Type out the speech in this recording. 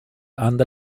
under